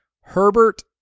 Herbert